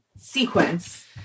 sequence